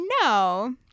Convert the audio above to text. no